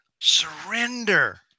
surrender